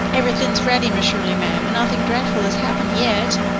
everything's ready, miss shirley, ma'am, and nothing dreadful has happened yet,